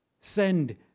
send